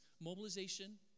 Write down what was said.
Mobilization